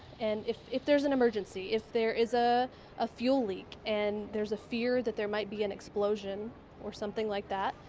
and if if there is an emergency, if there is a a fuel leak and there is a fear nat there might be an explosion or something like that,